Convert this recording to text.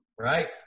right